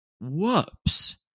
Whoops